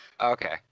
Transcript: Okay